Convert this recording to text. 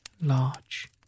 large